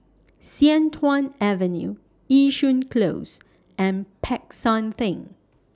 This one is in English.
Sian Tuan Avenue Yishun Close and Peck San Theng